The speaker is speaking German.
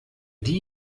die